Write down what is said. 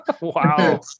wow